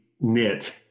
knit